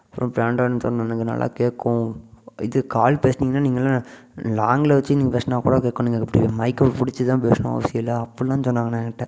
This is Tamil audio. அப்புறம் பிராண்ட்டட் சொன்னதுங்கினால கேட்கும் இது கால் பேசுனிங்கனால் நீங்கெல்லாம் லாங்கில் வெச்சசு நீங்கள் பேசினா கூட கேட்கும் நீங்கள் இப்படி மைக்கை பிடிச்சி தான் பேசணும் சில அப்படிலான் சொன்னாங்கண்ணே என்கிட்ட